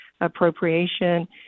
appropriation